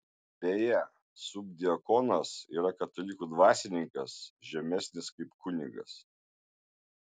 beje subdiakonas yra katalikų dvasininkas žemesnis kaip kunigas